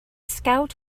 scout